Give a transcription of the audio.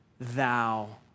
thou